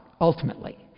Ultimately